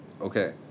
okay